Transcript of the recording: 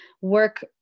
work